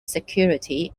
security